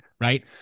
right